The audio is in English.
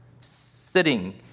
sitting